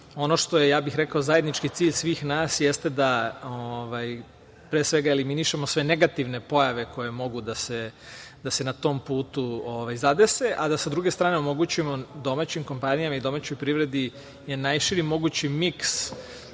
ono što je, ja bih rekao zajednički cilj svih nas jeste da pre svega eliminišemo sve negativne pojave koje mogu da se na tom putu zadese. A da sa druge strane omogućimo domaćim kompanijama i domaćoj privredi je najširi mogući miks